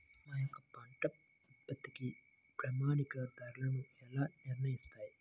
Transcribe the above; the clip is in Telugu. మా యొక్క పంట ఉత్పత్తికి ప్రామాణిక ధరలను ఎలా నిర్ణయిస్తారు?